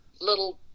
little